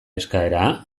eskaera